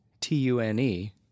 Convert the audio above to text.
T-U-N-E